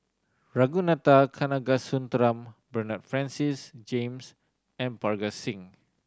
Ragunathar Kanagasuntheram Bernard Francis James and Parga Singh